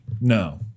No